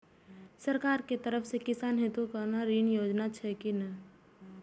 सरकार के तरफ से किसान हेतू कोना ऋण योजना छै कि नहिं?